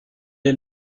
est